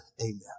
amen